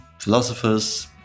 philosophers